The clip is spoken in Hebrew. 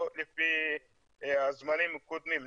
לא לפי הזמנים הקודמים.